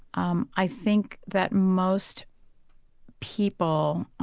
um i think that most people,